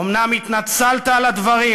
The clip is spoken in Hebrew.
אומנם התנצלת על הדברים,